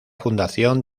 fundación